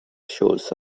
shows